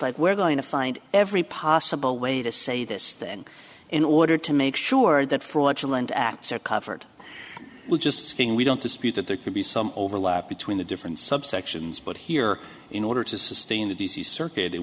like we're going to find every possible way to say this then in order to make sure that fraudulent acts are covered we'll just skiing we don't dispute that there maybe some overlap between the different subsections but here in order to sustain the d c circuit it